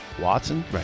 Watson